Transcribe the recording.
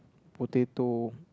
potato